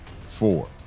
four